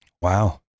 Wow